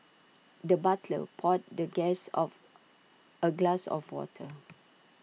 the butler poured the guest of A glass of water